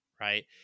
Right